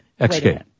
XK